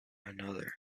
another